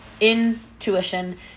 intuition